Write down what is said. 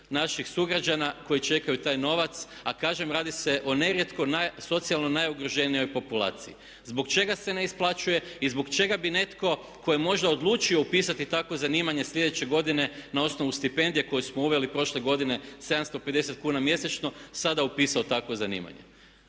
naših sugrađana koji čekaju taj novac, a kažem radi se o nerijetko socijalno najugroženijoj populaciji. Zbog čega se ne isplaćuje i zbog čega bi netko tko je možda odlučio upisati takvo zanimanje sljedeće godine na osnovu stipendija koje smo uveli prošle godine 7502 kn mjesečno sada upisao takvo zanimanje.